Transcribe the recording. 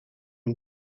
une